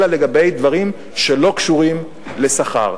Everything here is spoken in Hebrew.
אלא לגבי דברים שלא קשורים לשכר.